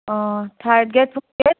O third grade fourth grade